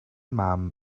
mam